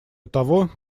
того